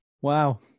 wow